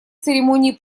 церемонии